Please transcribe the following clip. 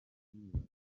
nibaza